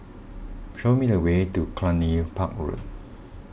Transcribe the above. show me the way to Cluny Park Road